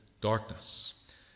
darkness